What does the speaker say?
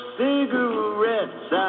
cigarettes